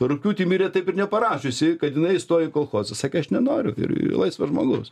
rugpjūtį mirė taip ir neparašiusi kad jinai įstojo į kolchozus sakė aš nenoriu ir ir laisvas žmogus